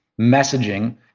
messaging